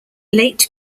late